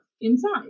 inside